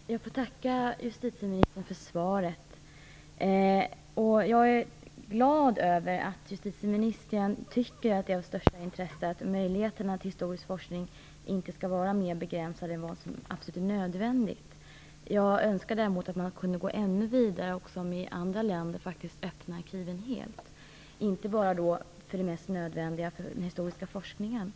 Fru talman! Jag får tacka justitieministern för svaret. Jag är glad över att justitieministern tycker att det är av största intresse att möjligheterna till historisk forskning inte skall vara mer begränsade än vad som absolut är nödvändigt. Jag önskar däremot att man kunde gå ännu längre och som i andra länder faktiskt öppna arkiven helt - inte bara för den mest nödvändiga historiska forskningen.